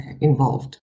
involved